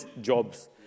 jobs